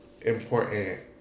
important